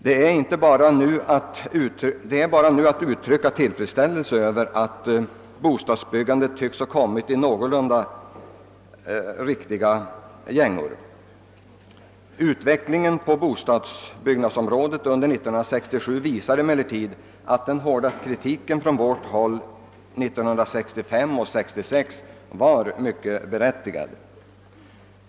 Det är bara att uttrycka tillfredsställelse över att bostadsbyggandet tycks ha kommit i någorlunda riktiga gängor. Utvecklingen på bostadsbyggnadsområdet under 1967 visar emellertid att den kritik som vi riktade under 1965 och 1966 var mycket berättigad.